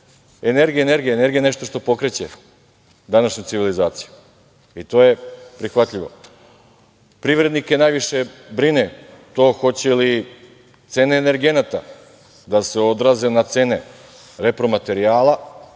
energija je energija. Energija je nešto što pokreće današnju civilizaciju i to je prihvatljivo. Privrednike najviše brine to hoće li cene energenata da se odraze na cene repromaterijala